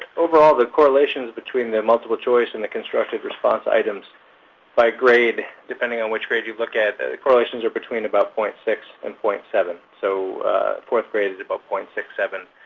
overall, the correlations between the multiple choice and the constructed response items by grade, depending on which grade you look at, the correlations are between about point six and point seven, so fourth grade is about point six seven,